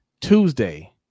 Tuesday